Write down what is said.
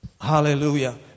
hallelujah